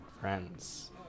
friends